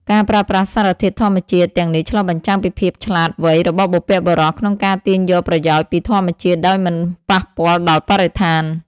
ការប្រើប្រាស់សារធាតុធម្មជាតិទាំងនេះឆ្លុះបញ្ចាំងពីភាពឆ្លាតវៃរបស់បុព្វបុរសក្នុងការទាញយកប្រយោជន៍ពីធម្មជាតិដោយមិនប៉ះពាល់ដល់បរិស្ថាន។